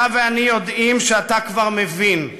אתה ואני יודעים שאתה כבר מבין: